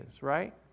right